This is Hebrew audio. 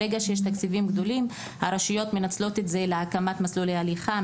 ברגע שיש תקציבים גדולים הרשויות מנצלות את זה להקמת מסלולי הליכה,